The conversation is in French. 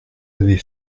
l’avez